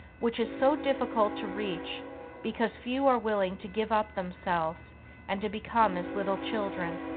which is so difficult to reach because few are willing to give up themselves and to become as little children.